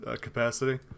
capacity